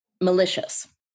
malicious